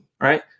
right